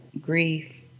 grief